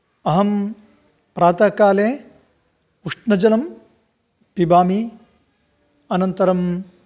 अहं प्रातःकाले उष्णजलं पिबामि अनन्तरं